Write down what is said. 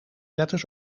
letters